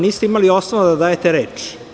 Niste imali osnova da dajete reč.